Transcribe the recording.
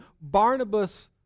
Barnabas